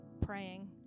praying